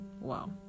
Wow